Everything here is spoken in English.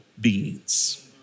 beings